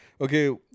okay